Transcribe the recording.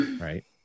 right